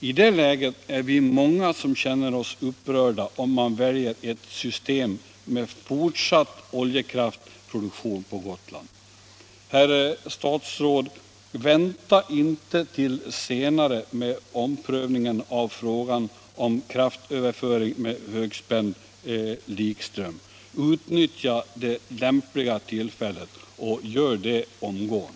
I det läget är vi många som känner oss upprörda om man väljer ett system med fortsatt oljekraftproduktion på Gotland. Herr statsråd! Vänta inte till senare med omprövningen av frågan om kraftöverföring med högspänd likström! Utnyttja det lämpliga tillfället, och gör det omgående.